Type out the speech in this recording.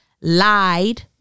lied